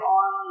on